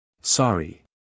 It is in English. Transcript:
Sorry